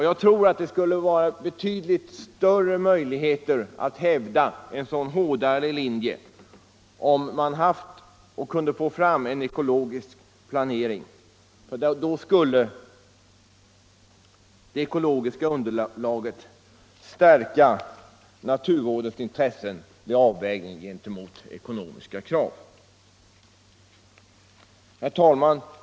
Jag tror att man skulle ha betydligt större möjligheter att hävda en sådan hårdare linje om man kunnat få fram en ekologisk planering. Då skulle det ekologiska underlaget stärka naturvårdens intressen vid avvägningen gentemot ekonomiska krav. Herr talman!